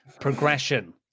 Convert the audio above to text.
progression